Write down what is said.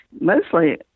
Mostly